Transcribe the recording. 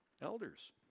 Elders